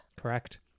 correct